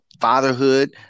fatherhood